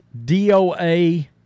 DOA